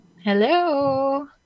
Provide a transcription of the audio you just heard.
Hello